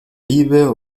liebe